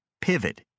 Pivot